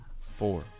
Four